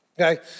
Okay